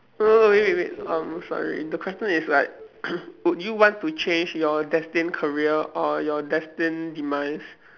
no no no wait wait wait um sorry the question is like would you want to change your destined career or your destined demise